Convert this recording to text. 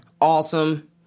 Awesome